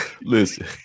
Listen